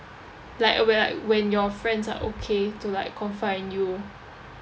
like whe~ li~ when your friends are okay to like confront you